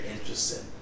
interesting